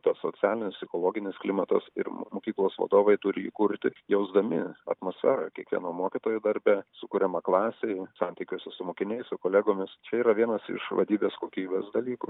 tas socialinis psichologinis klimatas ir mokyklos vadovai turi jį kurti jausdami atmosferą kiekvieno mokytojo darbe sukuriamą klasei santykius su mokiniais su kolegomis čia yra vienas iš vadybės kokybės dalykų